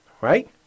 Right